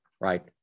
right